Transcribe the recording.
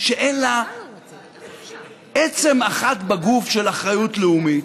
שאין לה עצם אחת בגוף של אחריות לאומית,